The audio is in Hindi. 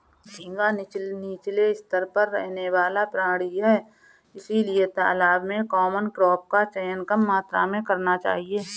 झींगा नीचले स्तर पर रहने वाला प्राणी है इसलिए तालाब में कॉमन क्रॉप का चयन कम मात्रा में करना चाहिए